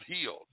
healed